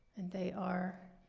and they are